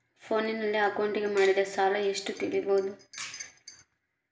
ಫೋನಿನಲ್ಲಿ ಅಕೌಂಟಿಗೆ ಮಾಡಿದ ಸಾಲ ಎಷ್ಟು ತಿಳೇಬೋದ?